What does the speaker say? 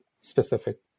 specific